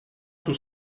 tout